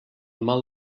mal